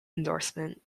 endorsement